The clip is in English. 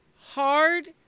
hard